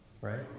right